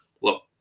Look